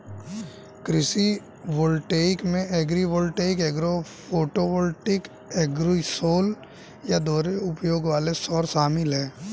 कृषि वोल्टेइक में agrivoltaic agro photovoltaic agrisol या दोहरे उपयोग वाले सौर शामिल है